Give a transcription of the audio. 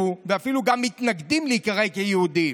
ואפילו מתנגדים להיקרא יהודים.